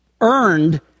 earned